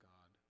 God